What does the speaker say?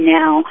now